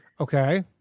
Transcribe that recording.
okay